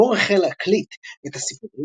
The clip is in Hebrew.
מור החל להקליט את הסיפורים,